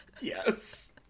Yes